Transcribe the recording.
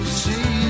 see